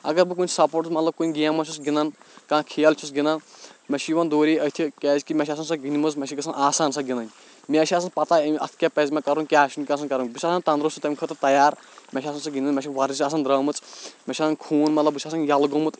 اَگر بہٕ کُنہِ سُپورٹس مطلب کُنہِ گیمہِ منٛز چھُس گنٛدان کانٛہہ کھٮ۪ل چھُس گنٛدان مےٚ چھُ یِوان دوٗری أتھہِ کیازِ کہِ مےٚ چھےٚ آسان سۄ گنٛدمٕژ مےٚ چھِ گژھان آسان سۄ گنٛدٕنۍ مےٚ چھےٚ آسان پَتہٕ اَتھ کیاہ پَزِ مےٚ کَرُن کیاہ چھُ نہٕ کَرُن بہٕ چھُس آسان تندرُست تَمہِ خٲطرٕ تَیار مےٚ چھےٚ آسان سۄ گنٛدِنۍ مےٚ چھےٚ ورزِش آسان درٲمٕژ مےٚ چھُ آسان خوٗن مطلب بہٕ چھُس آسان ییٚلہٕ گوٚوُمُت